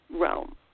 realm